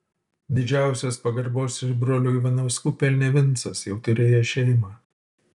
didžiausios pagarbos iš brolių ivanauskų pelnė vincas jau turėjęs šeimą